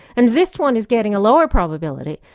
and this one is getting a lower probability,